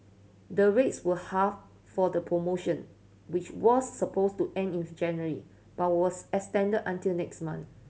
the rates were halved for the promotion which was suppose to end in January but was extended until next month